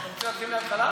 אתה רוצה להתחיל מההתחלה?